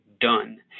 done